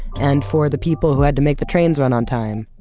and for the people who had to make the trains run on time.